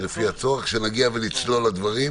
לפי הצורך, כשנגיע ונצלול לדברים.